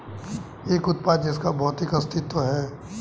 एक उत्पाद जिसका भौतिक अस्तित्व है?